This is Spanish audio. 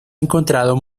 encontrado